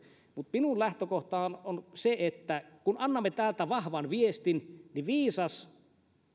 mutta minun lähtökohtani on on se että kun annamme täältä vahvan viestin niin viisas